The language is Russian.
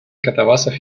катавасов